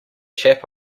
chap